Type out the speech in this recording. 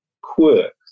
quirk